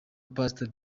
pastor